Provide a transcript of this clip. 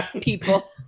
people